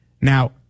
Now